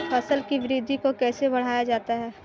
फसल की वृद्धि को कैसे बढ़ाया जाता हैं?